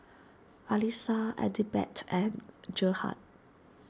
Alissa Adelbert and Gerhard